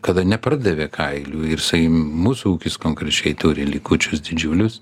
kada nepardavė kailių ir sakykim mūsų ūkis konkrečiai turi likučius didžiulius